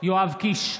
יואב קיש,